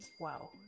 Wow